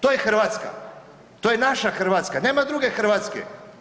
To je Hrvatska, to je naša Hrvatska, nema druge Hrvatske.